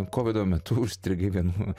kovido metu užstrigai vienu